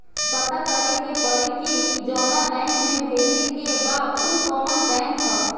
पता करे के पड़ी कि जवना बैंक में भेजे के बा उ कवन बैंक ह